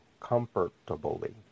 Comfortably